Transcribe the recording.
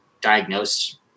diagnosed